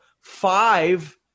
five